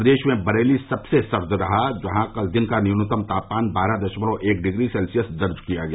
प्रदेश में बरेली सबसे सर्द रहा जहां कल दिन का न्यूनतम तापमान बारह दशमलव एक डिग्री सेल्सियस दर्ज किया गया